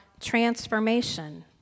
transformation